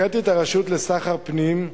הנחיתי את הרשות לסחר פנים,